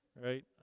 Right